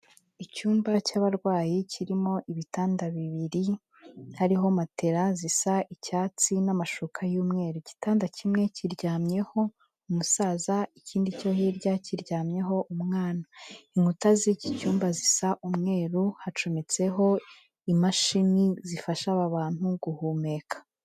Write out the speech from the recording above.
Icyumba cy'abarwayi kirimo ibitanda bibiri hariho matera zisa icyatsi n'amashuka y'umweru, igitanda kimwe kiryamyeho umusaza ikindi cyo hirya kiryamyeho umwana, inkuta z'iki cyumba zisa umweru hacometseho imashini zifasha aba bantu guhumeka.